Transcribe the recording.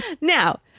Now